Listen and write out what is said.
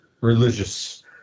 religious